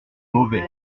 mauvais